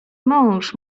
mąż